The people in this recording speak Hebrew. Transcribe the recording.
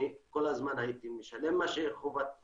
אני כל הזמן הייתי משלם את חובותיי,